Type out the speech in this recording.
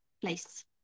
place